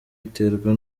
iterwa